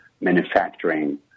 manufacturing